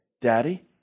Daddy